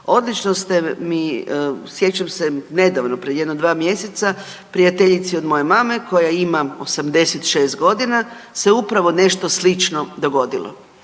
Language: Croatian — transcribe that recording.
Odlično ste mi sjećam se nedavno pred jedno dva mjeseca, prijateljici od moje mame koja ima 86 godina se upravo nešto slično dogodilo.